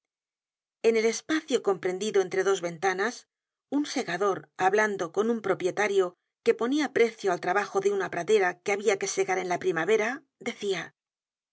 en el espacio comprendido entre dos ventanas un segador hablando con un propietario que ponia precio al trabajo de una pradera que habia que segar en la primavera decia